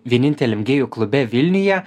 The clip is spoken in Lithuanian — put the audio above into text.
vieninteliam gėjų klube vilniuje